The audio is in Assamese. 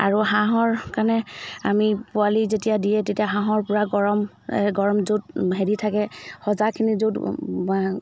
আৰু হাঁহৰ কাৰণে আমি পোৱালি যেতিয়া দিয়ে তেতিয়া হাঁহৰ পূৰা গৰম গৰম য'ত হেৰি থাকে সজাখিনি য'ত